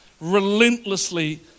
relentlessly